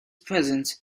presence